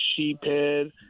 sheephead